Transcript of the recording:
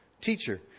teacher